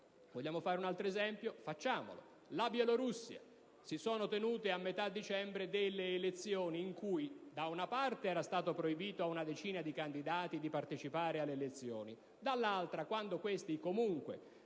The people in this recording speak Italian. Vogliamo fare un altro esempio? Facciamolo: la Bielorussia. Si sono tenute a metà dicembre elezioni in cui, da una parte, era stato proibito a una decina di candidati di partecipare alle elezioni, dall'altra, quando questi comunque,